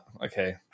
okay